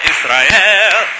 Israel